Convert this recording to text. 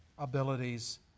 Abilities